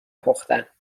پختم